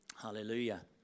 Hallelujah